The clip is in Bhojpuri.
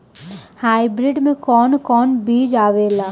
हाइब्रिड में कोवन कोवन बीज आवेला?